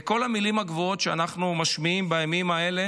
וכל המילים הגבוהות שאנחנו משמיעים בימים האלה